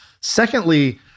Secondly